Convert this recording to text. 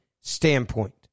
standpoint